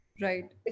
Right